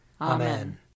Amen